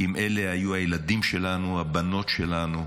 אם אלה היו הילדים שלנו, הבנות שלנו,